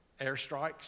airstrikes